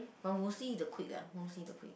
but mostly the quick ah mostly the quick